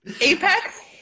apex